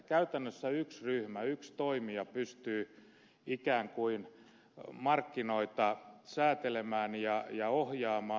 käytännössä yksi ryhmä yksi toimija pystyy ikään kuin markkinoita säätelemään ja ohjaamaan